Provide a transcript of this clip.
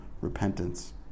repentance